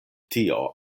tio